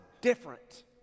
different